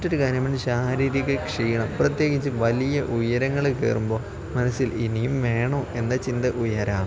മറ്റൊരു കാരണമാണ് ശാരീരിക ക്ഷീണം പ്രത്യേകിച്ച് വലിയ ഉയരങ്ങൾ കയറുമ്പോൾ മനസ്സിൽ ഇനിയും വേണോ എന്ന ചിന്ത ഉയരാം